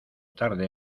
tarde